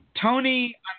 Tony